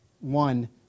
one